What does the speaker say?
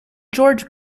george